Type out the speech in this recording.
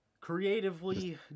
creatively